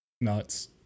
Nuts